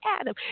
Adam